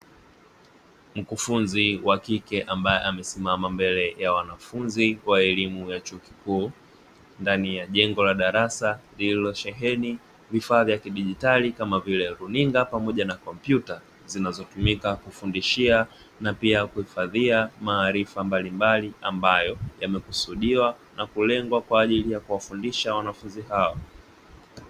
Mkufunzi wa kike ambaye amesimama mbele ya wanafunzi wa elimu ya chuo kikuu ndani ya jengo la darasa lililosheheni vifaa vya kidigitali kama vile runinga pamoja na kompyuta zinazotumika kufundishia na pia kuhifadhia maarifa mbalimbali ambayo yamekusudiwa na kulengwa kwa ajili ya kuwafundisha wanafunzi hao.